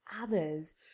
others